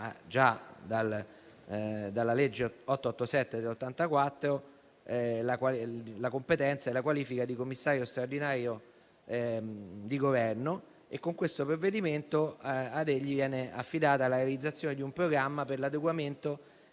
già dalla legge n. 887 del 1984 ha competenza e qualifica di Commissario straordinario di Governo, con questo provvedimento viene affidata la realizzazione di un programma per l'adeguamento